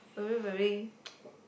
very very